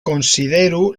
konsideru